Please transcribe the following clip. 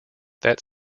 that